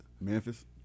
Memphis